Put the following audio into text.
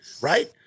Right